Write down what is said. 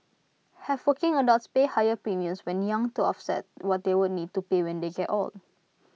have working adults pay higher premiums when young to offset what they would need to pay when they get old